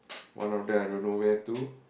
one of them I don't know where to